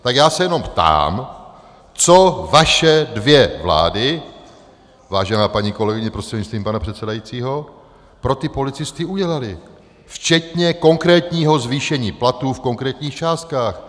Tak já se jenom ptám, co vaše dvě vlády, vážená paní kolegyně prostřednictvím pana předsedajícího, pro ty policisty udělaly včetně konkrétního zvýšení platů v konkrétních částkách?